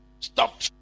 Stop